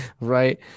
right